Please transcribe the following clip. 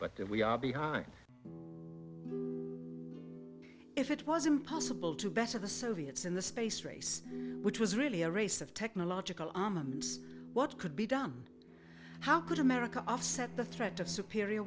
if we are behind if it was impossible to better the soviets in the space race which was really a race of technological armaments what could be done how could america offset the threat of superior